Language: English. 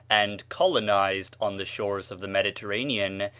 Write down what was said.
and colonized on the shores of the mediterranean,